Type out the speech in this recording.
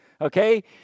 Okay